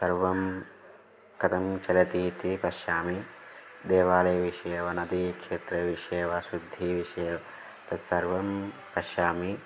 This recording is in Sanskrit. सर्वं कतं चलति इति पश्यामि देवालये विषये वा नदी क्षेत्रविषये वा शुद्धिविषये वा तत्सर्वं पश्यामि